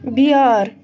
بِیٛٲر